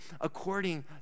according